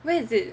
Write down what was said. where is it